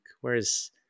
Whereas